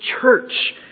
Church